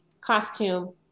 costume